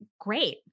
great